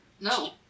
No